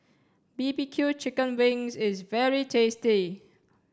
B B Q chicken wings is very tasty